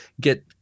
get